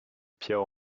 pierre